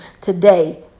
Today